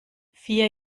vier